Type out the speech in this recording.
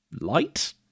light